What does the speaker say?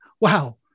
Wow